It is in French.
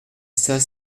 cinq